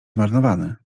zmarnowany